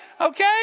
Okay